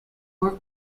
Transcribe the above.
work